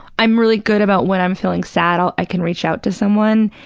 i'm really good about when i'm feeling sad, um i can reach out to someone,